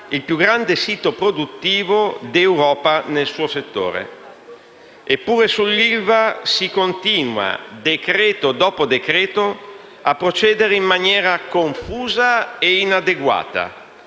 il più grande sito produttivo d'Europa nel suo settore. Eppure sull'ILVA si continua, decreto dopo decreto, a procedere in maniera confusa e inadeguata,